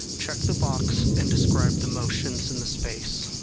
check the box and describe the motions in the space.